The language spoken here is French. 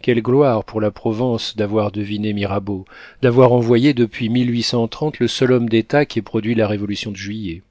quelle gloire pour la provence d'avoir deviné mirabeau d'avoir envoyé depuis le seul homme d'état qu'ait produit la révolution de juillet